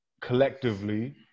collectively